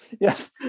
Yes